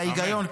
וההיגיון,